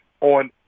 on